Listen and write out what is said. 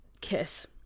kiss